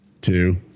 Two